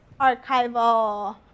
archival